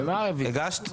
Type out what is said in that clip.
הגשת?